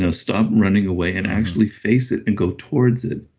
ah stop running away and actually face it and go towards it,